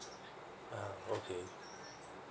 ah okay